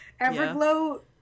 Everglow